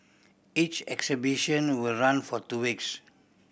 each exhibition will run for two weeks